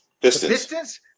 distance